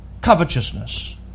Covetousness